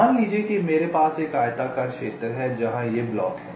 मान लीजिए कि मेरे पास यह आयताकार क्षेत्र है जहां ये ब्लॉक हैं